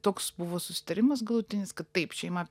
toks buvo susitarimas galutinis kad taip šeima